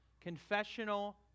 Confessional